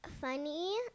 Funny